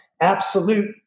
absolute